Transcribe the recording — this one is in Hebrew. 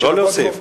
לא להוסיף,